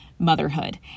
Motherhood